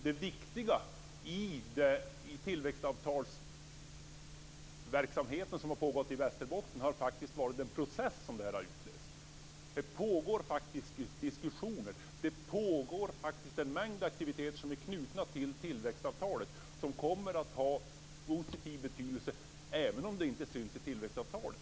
Det viktiga i den tillväxtavtalsverksamhet som har pågått i Västerbotten har varit den process som denna verksamhet har utlöst. Det pågår diskussioner och en mängd aktiviteter som är knutna till tillväxtavtalet. Detta kommer att ha positiv betydelse även om det inte syns i tillväxtavtalet.